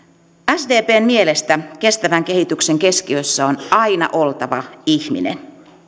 sdpn mielestä kestävän kehityksen keskiössä on aina oltava ihminen